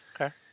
Okay